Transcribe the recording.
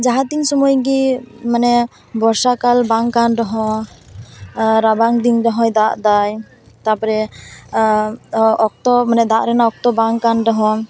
ᱡᱟᱦᱟᱸ ᱛᱤᱱ ᱥᱚᱢᱚᱭ ᱜᱤ ᱢᱟᱱᱮ ᱵᱚᱨᱥᱟ ᱠᱟᱞ ᱵᱟᱝ ᱠᱟᱱ ᱨᱮᱦᱚᱸ ᱨᱟᱵᱟᱝ ᱫᱤᱱ ᱨᱮᱦᱚᱭ ᱫᱟᱜ ᱮᱫᱟ ᱛᱟᱯᱚᱨᱮ ᱚᱠᱛᱚ ᱢᱟᱱᱮ ᱫᱟᱜ ᱨᱮᱱᱟᱜ ᱚᱠᱛᱚ ᱵᱟᱝ ᱠᱟᱱ ᱨᱮᱦᱚᱸ